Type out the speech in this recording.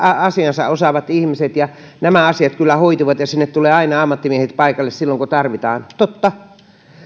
asiansa osaavat ihmiset ja nämä asiat kyllä hoituvat ja sinne tulevat aina ammattimiehet paikalle silloin kun tarvitaan totta